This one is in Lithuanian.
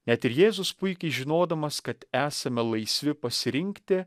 net ir jėzus puikiai žinodamas kad esame laisvi pasirinkti